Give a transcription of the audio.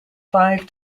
five